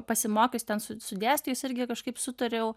pasimokius ten su su dėstytojais irgi kažkaip sutariau